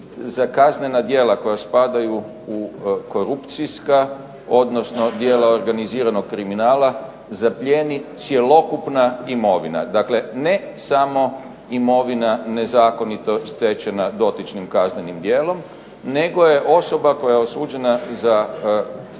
za kaznena djela koja spadaju u korupcijska odnosno djela organiziranog kriminala zaplijeni cjelokupna imovina, dakle, ne samo imovina nezakonito stečena dotičnim kaznenim djelom, nego je osoba koja je osuđena za